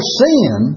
sin